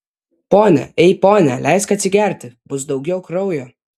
pone ei pone leisk atsigerti bus daugiau kraujo